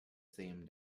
same